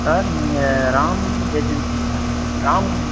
sir நீங்கள் Ram agency Ram